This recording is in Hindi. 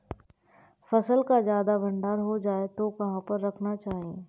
फसल का ज्यादा भंडारण हो जाए तो कहाँ पर रखना चाहिए?